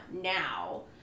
now